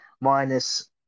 Minus